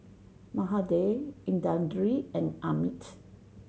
Mahade Indranee and Amit